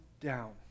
down